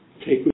take